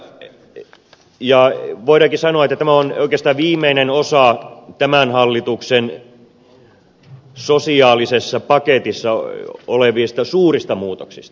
voidaankin sanoa että tämä on oikeastaan viimeinen osa tämän hallituksen sosiaalisessa paketissa olevista suurista muutoksista